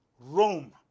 Rome